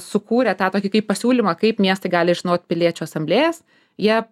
sukūrė tą tokį kaip pasiūlymą kaip miestai gali išnaudot piliečių asamblėjas jie